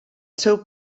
seu